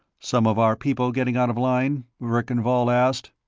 some of our people getting out of line? verkan vall asked.